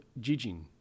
jijin